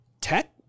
Tech